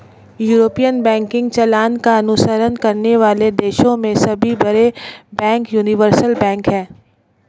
European banking चलन का अनुसरण करने वाले देशों में सभी बड़े बैंक यूनिवर्सल बैंक हैं